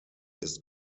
ist